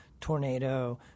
tornado